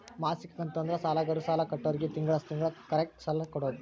ಮಾಸಿಕ ಕಂತು ಅಂದ್ರ ಸಾಲಗಾರರು ಸಾಲ ಕೊಟ್ಟೋರ್ಗಿ ತಿಂಗಳ ತಿಂಗಳ ಕರೆಕ್ಟ್ ಸಾಲ ಕೊಡೋದ್